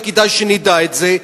וכדאי שנדע את זה,